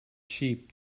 cheap